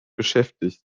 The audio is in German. beschäftigt